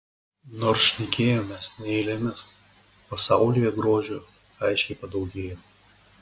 nors šnekėjomės ne eilėmis pasaulyje grožio aiškiai padaugėjo